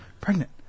Pregnant